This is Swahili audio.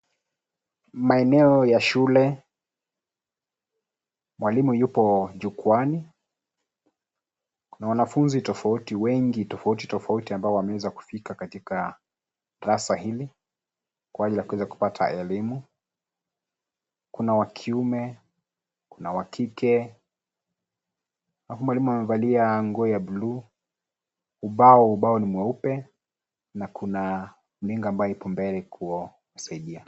Maeneo ya shule. Mwalimu yupo jukwaani, na wanafunzi tofauti, wengi tofauti tofauti ambao wameweza kufika katika darasa hili, kwa ajiri ya kuweza kupata elimu. Kuna wa kiume, kuna wa kike, alafu mwalimu amevalia nguo ya bluu. Ubao, ubao nimweupe na kuna runinga ambayo iko mbele kusaidia.